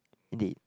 indeed